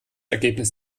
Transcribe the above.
ergebnis